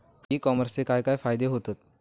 E कॉमर्सचे काय काय फायदे होतत?